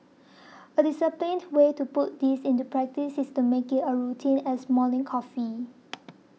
a disciplined way to put this into practice is to make it a routine as morning coffee